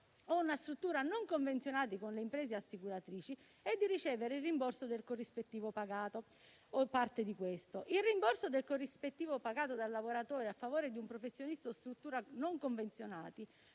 o una struttura non convenzionati con le imprese assicuratrici e di ricevere il rimborso del corrispettivo pagato o di parte di questo. Il rimborso del corrispettivo pagato dal lavoratore a favore di un professionista o struttura non convenzionati